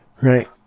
Right